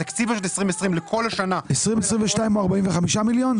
התקציב של 2020 לכל השנה --- 2022 הוא 45 מיליון?